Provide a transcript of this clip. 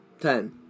ten